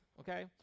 okay